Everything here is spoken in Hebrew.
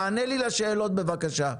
תענה לי לשאלות בבקשה.